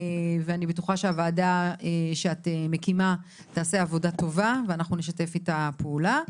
ואני בטוחה שהוועדה שאת מקימה תעשה עבודה טובה ואנחנו נשתף איתה פעולה.